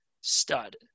Stud